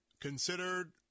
considered